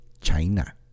China